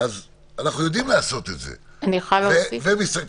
היא אומרת